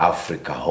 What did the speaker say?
Africa